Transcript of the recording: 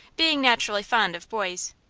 being naturally fond of boys,